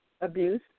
abuse